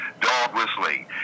dog-whistling